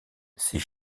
ces